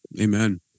Amen